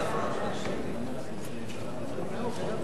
אדוני